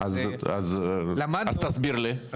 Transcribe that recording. אז תסביר לי.